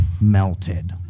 melted